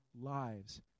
lives